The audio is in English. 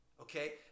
okay